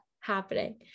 happening